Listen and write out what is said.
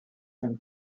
from